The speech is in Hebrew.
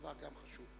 הדבר גם חשוב.